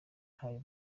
ntayo